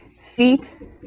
feet